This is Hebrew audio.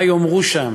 מה יאמרו שם.